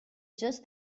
just